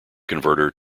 converter